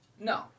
No